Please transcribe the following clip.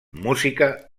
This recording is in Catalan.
música